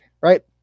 Right